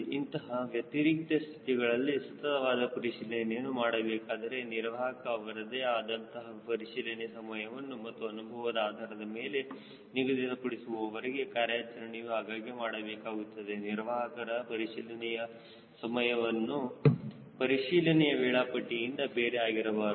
ಇಂತಹ ವ್ಯತಿರಿಕ್ತ ಸ್ಥಿತಿಗಳಲ್ಲಿ ಸತತವಾದ ಪರಿಶೀಲನೆಯನ್ನು ಮಾಡಬೇಕಾದರೆ ನಿರ್ವಾಹಕ ಅವರದೇ ಆದಂತಹ ಪರಿಶೀಲನೆಯ ಸಮಯವನ್ನು ಅವರ ಅನುಭವದ ಆಧಾರದ ಮೇಲೆ ನಿಗದಿತಪಡಿಸುವವರೆಗೆ ಕಾರ್ಯಾಚರಣೆಯು ಆಗಾಗ್ಗೆ ಮಾಡಬೇಕಾಗುತ್ತದೆ ನಿರ್ವಾಹಕರ ಪರಿಶೀಲನೆಯ ಸಮಯವು ಪರಿಶೀಲನೆಯ ವೇಳಾಪಟ್ಟಿಯಿಂದ ಬೇರೆ ಆಗಿರಬಾರದು